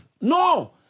No